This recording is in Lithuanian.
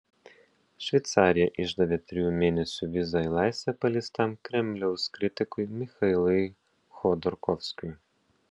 šveicarija išdavė trijų mėnesių vizą į laisvę paleistam kremliaus kritikui michailui chodorkovskiui